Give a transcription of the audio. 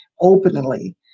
openly